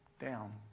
Down